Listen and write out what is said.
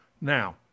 Now